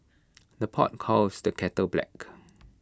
the pot calls the kettle black